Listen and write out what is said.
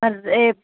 అదే